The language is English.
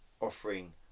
offering